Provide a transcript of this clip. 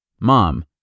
Mom